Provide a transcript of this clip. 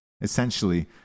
essentially